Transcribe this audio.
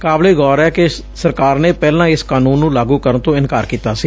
ਕਾਬਲੇ ਗੌਰ ਐ ਕਿ ਸਰਕਾਰ ਨੇ ਪਹਿਲਾਂ ਇਸ ਕਾਨੂੰਨ ਨੂੰ ਲਾਗੂ ਕਰਨ ਤੋਂ ਇਨਕਾਰ ਕੀਤਾ ਸੀ